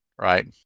right